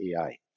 AI